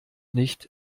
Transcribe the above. nicht